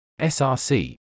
SRC